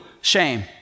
shame